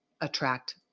attract